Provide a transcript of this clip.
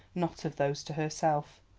not of those to herself.